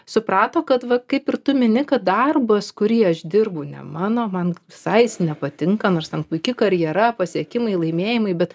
suprato kad va kaip ir tu mini kad darbas kurį aš dirbu ne mano man visai nepatinka nors ten puiki karjera pasiekimai laimėjimai bet